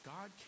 God